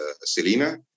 Selena